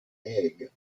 egg